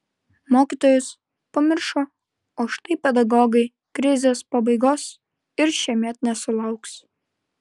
mokytojus pamiršo o štai pedagogai krizės pabaigos ir šiemet nesulauks